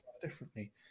differently